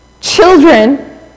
Children